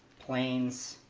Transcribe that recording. plains